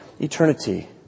Eternity